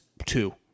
two